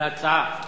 על ההצעה.